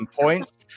points